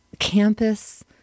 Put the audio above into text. campus